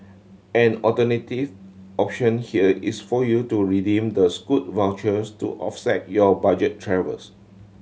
an alternative option here is for you to redeem the Scoot vouchers to offset your budget travels